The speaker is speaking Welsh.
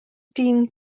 dyn